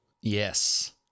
Yes